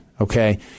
okay